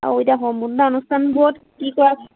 আৰু এতিয়া সম্পূৰ্ণ অনুষ্ঠানবোৰত কি কৰা